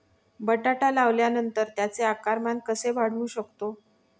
बटाटा लावल्यानंतर त्याचे आकारमान कसे वाढवू शकतो?